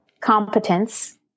competence